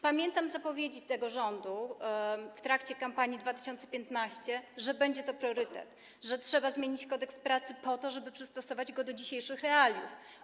Pamiętam zapowiedzi tego rządu w trakcie kampanii 2015 r., że będzie to priorytet, że trzeba zmienić Kodeks pracy, po to żeby przystosować go do dzisiejszych realiów.